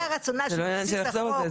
זה לא עניין של לחזור על זה,